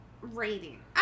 rating